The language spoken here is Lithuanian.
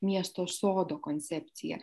miesto sodo koncepciją